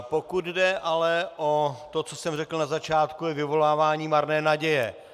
Pokud jde ale o to, co jsem řekl na začátku vyvolávání marné naděje.